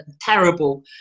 terrible